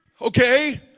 Okay